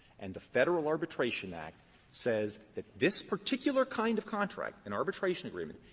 and the federal arbitration act says that this particular kind of contract, an arbitration agreement,